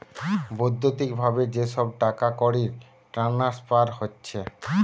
বৈদ্যুতিক ভাবে যে সব টাকাকড়ির ট্রান্সফার হচ্ছে